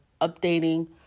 updating